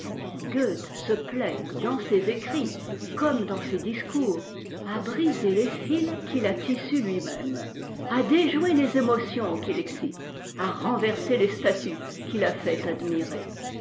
se plaît dans ses écrits comme dans ses discours à briser les fils qu'il a tissus lui même à déjouer les émotions qu'il excite à renverser les statues qu'il a fait admirer